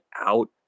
out